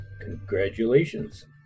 Congratulations